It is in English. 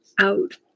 out